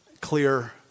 clear